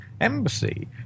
embassy